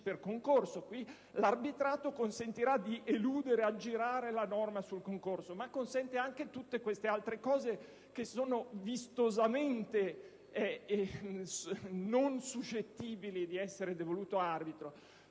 per concorso. Qui l'arbitrato consentirà di eludere ed aggirare la norma sul concorso; ma consentirà l'arbitrato anche su altre cose che sono vistosamente non suscettibili di essere devolute a un arbitro.